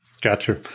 Gotcha